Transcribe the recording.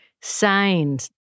signs